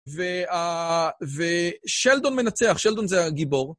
ושלדון מנצח, שלדון זה הגיבור.